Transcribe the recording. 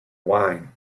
wine